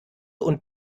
und